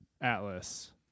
Atlas